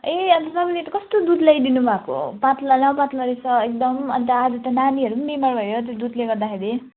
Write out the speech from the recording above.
ए अन्त तपाईँले त कस्तो दुध ल्याइदिनु भएको पतला न पतला रहेछ एकदम अन्त आज त नानीहरू पनि बिमार भयो दुधले गर्दाखेरि